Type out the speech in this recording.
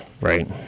right